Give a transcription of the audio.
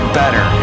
better